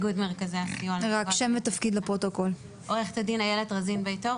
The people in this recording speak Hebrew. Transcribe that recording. אני עורכת הדין איילת רזין בית-אור,